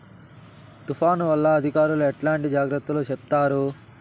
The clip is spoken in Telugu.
తుఫాను వల్ల అధికారులు ఎట్లాంటి జాగ్రత్తలు చెప్తారు?